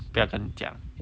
不要跟你讲